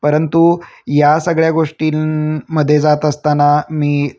परंतु या सगळ्या गोष्टींमध्ये जात असताना मी